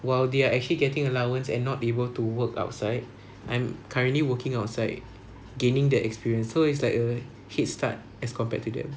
while they are actually getting allowance and not be able to work outside I'm currently working outside gaining that experience so it's like a headstart as compared to them